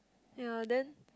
ye then